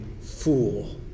fool